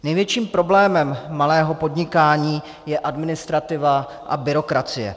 Největším problémem malého podnikání je administrativa a byrokracie.